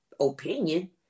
opinion